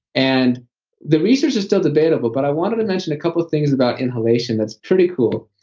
and the research is still debatable, but i wanted to mention a couple of things about inhalation that's pretty cool.